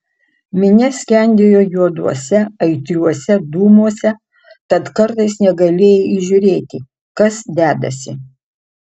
minia skendėjo juoduose aitriuose dūmuose tad kartais negalėjai įžiūrėti kas dedasi